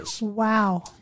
Wow